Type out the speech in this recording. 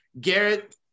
Garrett